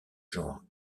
genres